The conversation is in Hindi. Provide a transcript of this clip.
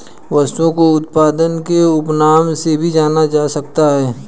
वस्तु को उत्पाद के उपनाम से भी जाना जा सकता है